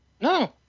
No